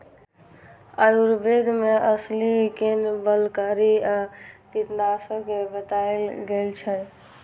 आयुर्वेद मे अलसी कें बलकारी आ पित्तनाशक बताएल गेल छै